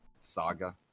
saga